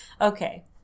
Okay